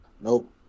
Nope